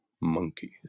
Monkeys